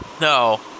no